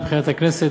הן מבחינת הכנסת,